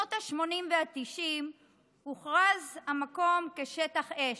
בשנות השמונים והתשעים הוכרז המקום כשטח אש,